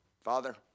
Father